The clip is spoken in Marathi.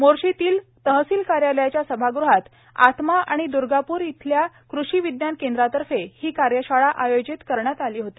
मोर्शीतील तहसील कार्यालयाच्या सभागृहात आत्मा आणि दुर्गापूर येथील कृषी विज्ञान केंद्रातर्फे ही कार्यशाळा आयोजित केली होती